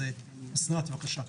אסנת, בקשה.